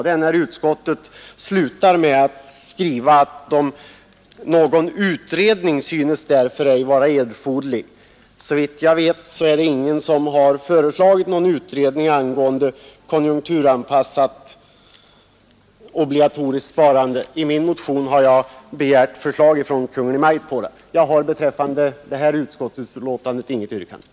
Det är när utskottet slutar med orden: ” Någon utredning synes därför inte erforderlig.” Såvitt jag vet har ingen föreslagit någon utredning angående ett konjunkturanpassat obligatoriskt sparande. Jag har i min motion begärt förslag om det från Kungl. Maj:t. Herr talman! Beträffande finansutskottets betänkande nr 15 har jag inget yrkande.